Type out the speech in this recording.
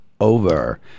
over